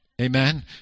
amen